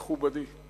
מכובדי.